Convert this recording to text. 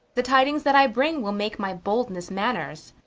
the tydings that i bring will make my boldnesse, manners.